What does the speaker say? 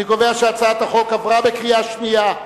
אני קובע שהצעת החוק עברה בקריאה שנייה.